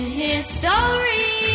history